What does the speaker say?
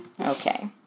Okay